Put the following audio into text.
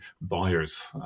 buyers